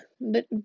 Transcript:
but